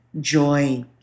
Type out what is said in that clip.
Joy